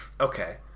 okay